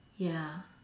ya